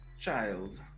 child